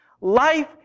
Life